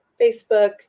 Facebook